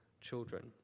children